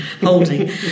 holding